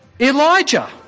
Elijah